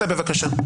צא בבקשה.